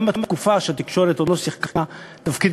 גם בתקופה שהתקשורת עוד לא שיחקה תפקיד